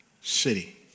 city